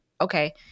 okay